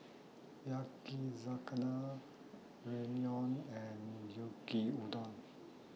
Yakizakana Ramyeon and Yaki Udon